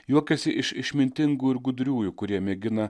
juokiasi iš išmintingų ir gudriųjų kurie mėgina